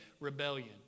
rebellion